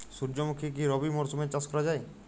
সুর্যমুখী কি রবি মরশুমে চাষ করা যায়?